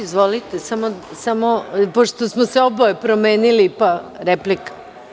Izvolite, samo, pošto smo se oboje promenili, pa replika.